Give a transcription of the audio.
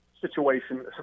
situation